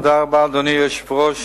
אדוני היושב-ראש,